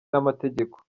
n’amategeko